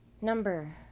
number